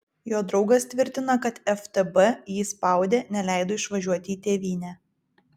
jo draugas tvirtina kad ftb jį spaudė neleido išvažiuoti į tėvynę